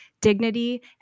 dignity